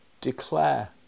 declare